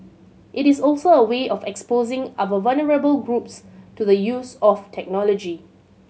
it is also a way of exposing our vulnerable groups to the use of technology